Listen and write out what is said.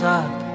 up